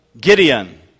Gideon